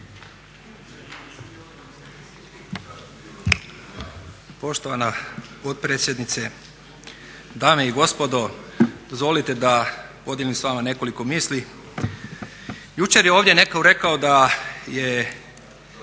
Poštovana potpredsjednice, dame i gospodo. Dozvolite da podijelim s vama nekoliko misli. Jučer je ovdje netko rekao da je